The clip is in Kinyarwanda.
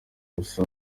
gusa